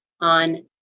on